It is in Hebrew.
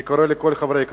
אני קורא לכל חברי הכנסת,